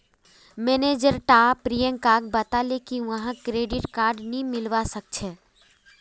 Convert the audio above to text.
manager टा प्रियंकाक बताले की वहाक क्रेडिट कार्ड नी मिलवा सखछे